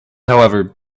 however